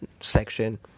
section